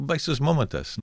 baisus momentas